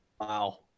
Wow